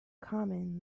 common